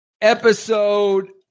episode